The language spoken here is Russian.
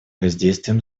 воздействием